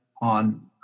on